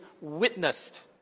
witnessed